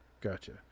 Gotcha